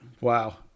Wow